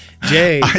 Jay